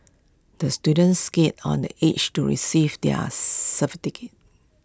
the student skated on the age to receive their